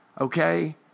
Okay